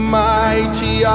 mighty